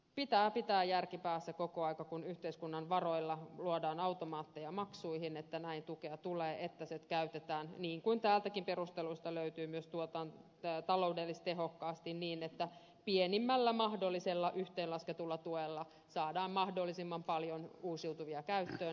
pitää pitää järki päässä koko ajan kun yhteiskunnan varoilla luodaan automaatteja maksuihin että näin tukea tulee että se käytetään niin kuin täältäkin perusteluista löytyy myös taloudellis tehokkaasti niin että pienimmällä mahdollisella yhteenlasketulla tuella saadaan mahdollisimman paljon uusiutuvia käyttöön